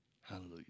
Hallelujah